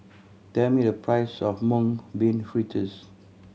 tell me the price of Mung Bean Fritters